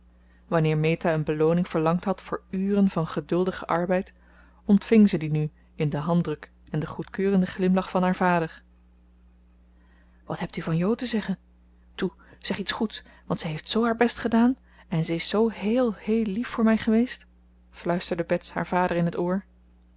wanneer meta een belooning verlangd had voor uren van geduldigen arbeid ontving ze die nu in den handdruk en den goedkeurenden glimlach van haar vader wat hebt u van jo te zeggen toe zeg iets goeds want ze heeft zoo haar best gedaan en ze is zoo heel heel lief voor mij geweest fluisterde bets haar vader in het oor